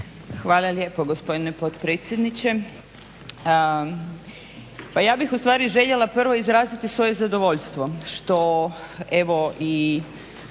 Hvala lijepo gospodine potpredsjedniče. Pa ja bih ustvari željela prvo izraziti svoje zadovoljstvo što evo i